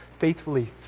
faithfully